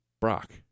Brock